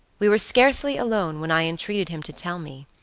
we were scarcely alone, when i entreated him to tell me.